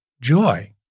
joy